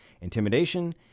intimidation